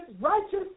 righteous